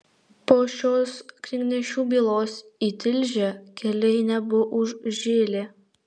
po šios knygnešių bylos į tilžę keliai nebeužžėlė